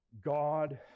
God